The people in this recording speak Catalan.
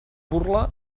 burla